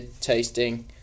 tasting